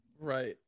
right